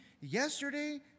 yesterday